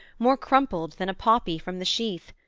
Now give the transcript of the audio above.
more crumpled than a poppy from the sheath,